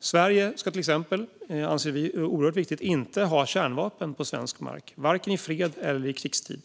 Sverige ska till exempel inte - det anser vi är oerhört viktigt - ha kärnvapen på svensk mark, varken i freds eller i krigstid.